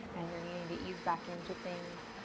and you're needing to ease back into things.